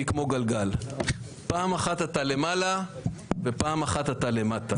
היא כמו גלגל: פעם אחת אתה למעלה ופעם אחת אתה למטה.